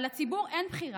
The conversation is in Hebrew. אבל לציבור אין בחירה,